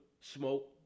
smoke